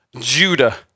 Judah